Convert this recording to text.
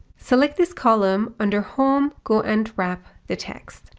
select this column under home go and wrap the text.